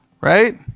right